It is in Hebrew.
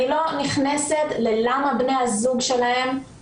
אני לא נכנסת ללמה בני הזוג שלהם,